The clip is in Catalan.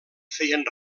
feien